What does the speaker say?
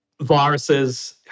Viruses